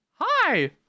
hi